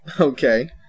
Okay